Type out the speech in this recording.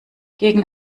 gegen